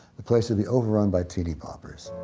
the place would be overrun by teenyboppers.